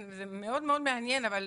זה מאוד-מאוד מעניין, אבל